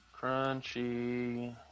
crunchy